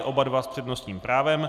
Oba dva s přednostním právem.